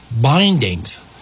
bindings